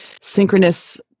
synchronous